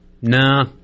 nah